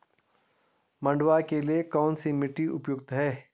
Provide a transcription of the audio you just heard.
मंडुवा के लिए कौन सी मिट्टी उपयुक्त है?